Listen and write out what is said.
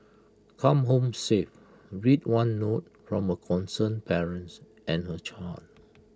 come home safe read one note from A concerned parents and her child